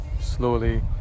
slowly